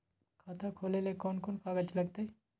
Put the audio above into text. खाता खोले ले कौन कौन कागज लगतै?